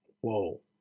Whoa